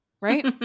right